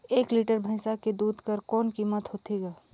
एक लीटर भैंसा के दूध कर कौन कीमत होथे ग?